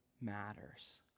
matters